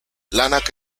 lanak